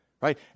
right